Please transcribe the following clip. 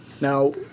Now